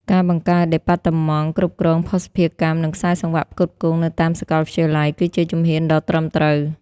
ការបង្កើតដេប៉ាតឺម៉ង់ "គ្រប់គ្រងភស្តុភារកម្ម និងខ្សែសង្វាក់ផ្គត់ផ្គង់" នៅតាមសាកលវិទ្យាល័យ គឺជាជំហានដ៏ត្រឹមត្រូវ។